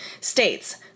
states